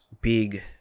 big